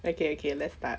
okay okay let's start